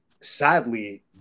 sadly